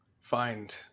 find